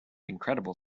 incredible